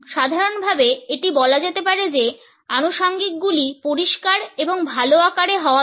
সাধারণভাবে এটি বলা যেতে পারে যে আনুষাঙ্গিকগুলি পরিষ্কার এবং ভাল আকারে হওয়া দরকার